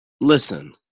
Listen